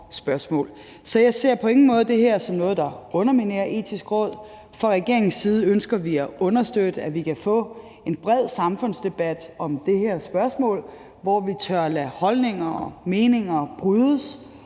Så jeg ser på ingen måde det her som noget, der underminerer Det Etiske Råd. Fra regeringens side ønsker vi at understøtte, at vi kan få en bred samfundsdebat om det her spørgsmål, hvor vi tør lade holdninger og meninger brydes,